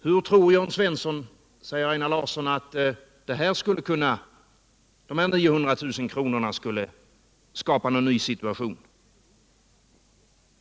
Hur tror Jörn Svensson, säger Einar Larsson, att de här 900 000 kronorna skulle kunna skapa en ny situation?